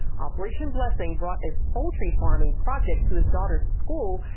operation blessing brought a poultry farming project to his daughter's school,